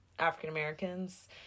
african-americans